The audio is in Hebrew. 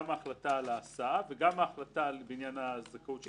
גם ההחלטה על ההסעה וגם ההחלטה על בניין הזכאות ש